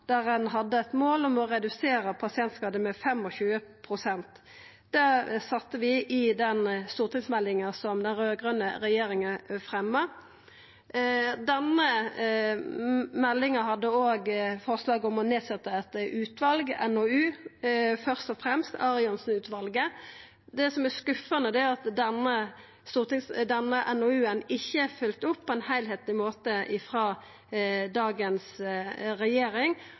der ein hadde eit mål om å redusera pasientskadar med 25 pst. – det sette vi i den stortingsmeldinga som den raud-grøne regjeringa fremja. Denne meldinga hadde òg forslag om å setja ned eit utval, ein NOU – først og fremst Arianson-utvalet. Det som er skuffande, er at denne NOU-en ikkje er følgd opp på ein heilskapleg måte frå dagens regjering,